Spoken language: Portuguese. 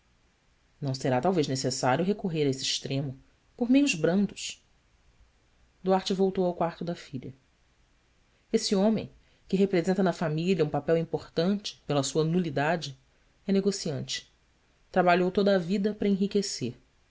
não será talvez necessário recorrer a esse extremo por meios brandos duarte voltou ao quarto da filha esse homem que representa na família um papel importante pela sua nulidade é negociante trabalhou toda a vida para enriquecer